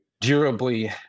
durably